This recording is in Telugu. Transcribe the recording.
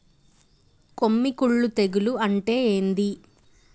కొమ్మి కుల్లు తెగులు అంటే ఏంది?